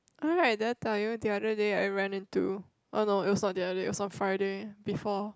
ah right did i tell you the other day I ran into oh no it was on another day it was on Friday before